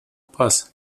pas